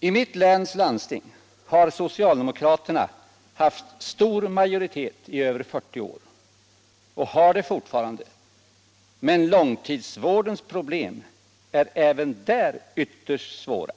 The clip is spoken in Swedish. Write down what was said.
I mitt läns landsting har socialdemokraterna haft stor majoritet i över 40 år, och har det fortfarande, men långtidsvårdens problem är även där ytterst svåra.